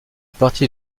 partie